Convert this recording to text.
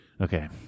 Okay